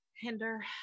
Hinder